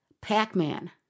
Pac-Man